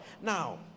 Now